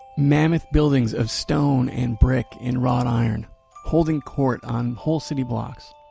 mammoth buildings of stone and brick in wrought iron holding court on whole city blocks,